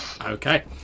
okay